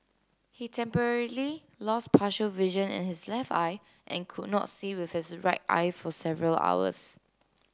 he temporarily lost partial vision in his left eye and could not see with his right eye for several hours